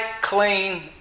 clean